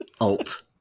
alt